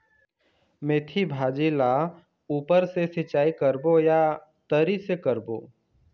मेंथी भाजी ला ऊपर से सिचाई करबो या तरी से करबो?